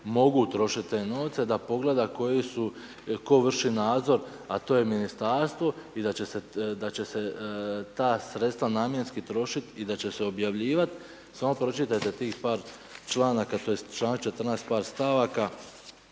mogu trošiti te novce, da pogleda koji su, tko vrši nadzor a to je ministarstvo i da će se ta sredstva namjenski trošiti i da će se objavljivati. Samo pročitajte tih par članaka, tj. članak 14. par stavaka